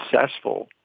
successful